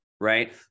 right